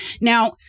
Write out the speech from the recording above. Now